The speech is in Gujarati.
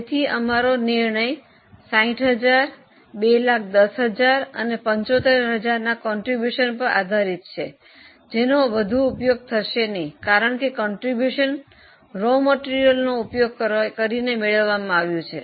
તેથી અમારો નિર્ણય 60000 210000 અને 75000 ના ફાળા પર આધારિત છે જેનો વધુ ઉપયોગ થશે નહીં કારણ કે ફાળો કાચા માલનો ઉપયોગ કરીને મેળવવામાં આવ્યું છે